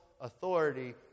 authority